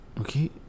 Okay